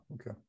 Okay